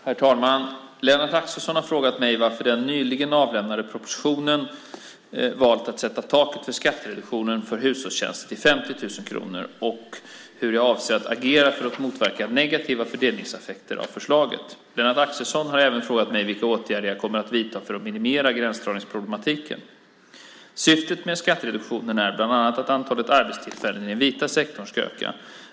Herr talman! Lennart Axelsson har frågat mig varför jag i den nyligen avlämnade propositionen valt att sätta taket för skattereduktionen för hushållstjänster till 50 000 kronor och hur jag avser att agera för att motverka negativa fördelningseffekter av förslaget. Lennart Axelsson har även frågat mig vilka åtgärder jag kommer att vidta för att minimera gränsdragningsproblematiken. Syftet med skattereduktionen är bland annat att antalet arbetstillfällen i den vita sektorn ska öka.